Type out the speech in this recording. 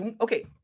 okay